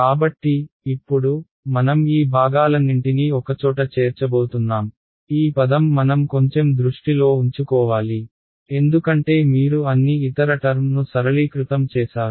కాబట్టి ఇప్పుడు మనం ఈ భాగాలన్నింటినీ ఒకచోట చేర్చబోతున్నాం ఈ పదం మనం కొంచెం దృష్టిలో ఉంచుకోవాలి ఎందుకంటే మీరు అన్ని ఇతర టర్మ్ ను సరళీకృతం చేసారు